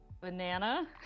banana